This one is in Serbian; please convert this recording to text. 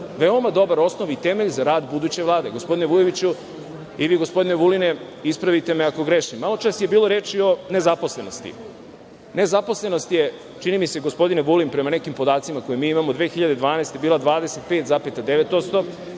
veoma dobar osnov i temelj za rad buduće Vlade. Gospodine Vujoviću i gospodine Vuline, ispravite me ako grešim. Maločas je bilo reči o nezaposlenosti. Nezaposlenost je čini mi se gospodine Vulin, prema nekim podacima koje mi imamo 2012. godine bila 25,9%,